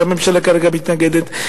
כשהממשלה כרגע מתנגדת,